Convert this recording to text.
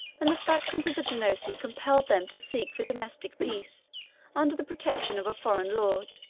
and the factions of the genoese compelled them to seek for domestic peace under the protection of a foreign lord,